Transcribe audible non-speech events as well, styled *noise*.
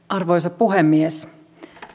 *unintelligible* arvoisa puhemies